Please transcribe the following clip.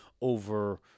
over